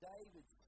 David